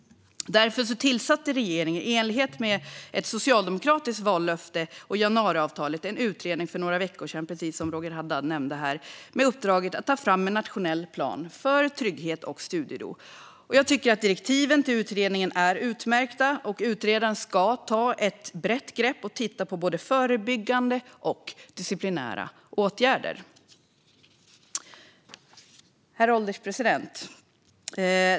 Därför tillsatte regeringen, i enlighet med ett socialdemokratiskt vallöfte och januariavtalet, en utredning för några veckor sedan, precis som Roger Haddad nämnde tidigare. Uppdraget är att ta fram en nationell plan för trygghet och studiero. Direktiven till utredningen är utmärkta. Utredaren ska ta ett brett grepp och titta på både förebyggande och disciplinära åtgärder. Herr ålderspresident!